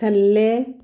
ਥੱਲੇ